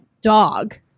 dog